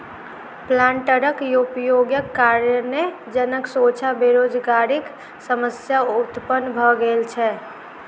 प्लांटरक उपयोगक कारणेँ जनक सोझा बेरोजगारीक समस्या उत्पन्न भ गेल छै